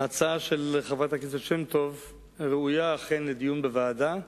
ההצעה של חברת הכנסת שמטוב ראויה לדיון בוועדה.